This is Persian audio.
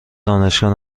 دانشگاه